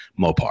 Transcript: Mopar